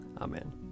Amen